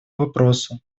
вопросу